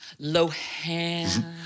Lohan